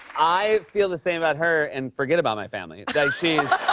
i feel the same about her, and forget about my family. because she's